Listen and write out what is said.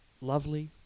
lovely